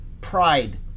pride